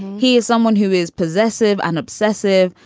he is someone who is possessive and obsessive.